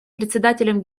председателем